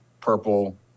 purple